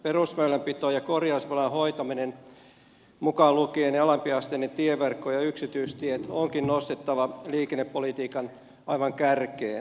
perusväylänpito ja korjausvelan hoitaminen mukaan lukien alempiasteinen tieverkko ja yksityistiet onkin nostettava aivan liikennepolitiikan kärkeen